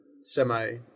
semi